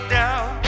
down